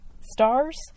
stars